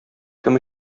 кем